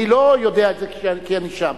אני לא יודע את זה כי אני שם,